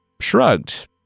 shrugged